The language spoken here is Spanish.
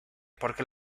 porque